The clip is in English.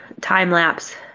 time-lapse